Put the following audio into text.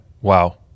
wow